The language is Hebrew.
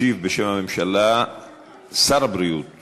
ישיב בשם הממשלה שר הבריאות